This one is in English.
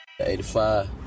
85